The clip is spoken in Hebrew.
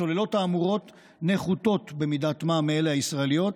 הצוללות האמורות נחותות במידת מה מאלה הישראליות,